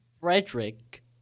frederick